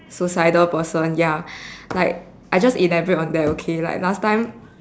suicidal person ya like I just elaborate on that okay like last time